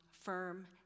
firm